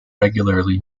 regularly